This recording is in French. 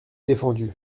défendu